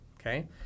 okay